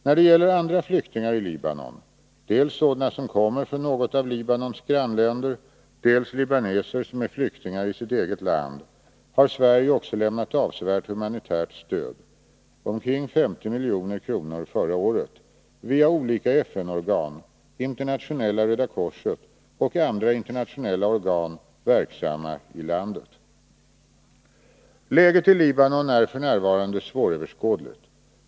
När det gäller andra flyktingar i Libanon, dels sådana som kommer från något av Libanons grannländer, dels libaneser som är flyktingar i sitt eget land, har Sverige också lämnat avsevärt humanitärt stöd — omkring 50 milj.kr. förra året — via olika FN-organ, Internationella Röda korset och andra internationella organ verksamma i landet. Läget i Libanon är f. n. svåröverskådligt.